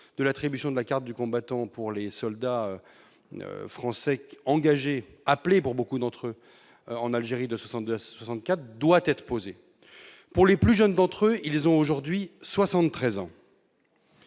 de l'attribution de la carte du combattant aux soldats français engagés- appelés, pour beaucoup d'entre eux -en Algérie de 1962 à 1964 doit être posée. Les plus jeunes de ces soldats ont aujourd'hui 73 ans.